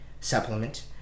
supplement